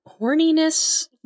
horniness